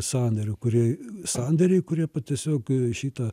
sandorių kurie sandoriai kurie tiesiog šitą